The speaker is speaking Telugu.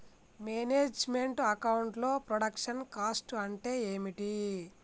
మేనేజ్ మెంట్ అకౌంట్ లో ప్రొడక్షన్ కాస్ట్ అంటే ఏమిటి?